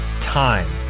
time